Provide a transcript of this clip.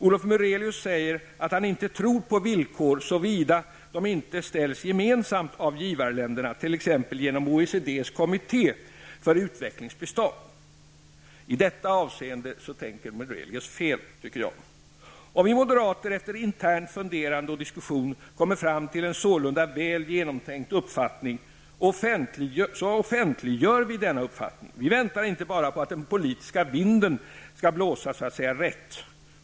Olof Murelius säger att han inte tror på villkor, såvida de inte ställs gemensamt av givarländerna t.ex. genom OECD:s kommitté för utvecklingsbistånd. I detta avseende tänker Murelius fel. Om vi moderater efter internt funderande och diskussion kommer fram till en sålunda väl genomtänkt uppfattning offentliggör vi denna uppfattning. Vi väntar inte på att den politiska vinden blåser så att säga rätt.